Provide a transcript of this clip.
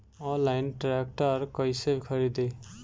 Online tractor कैसे खरदी?